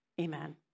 amen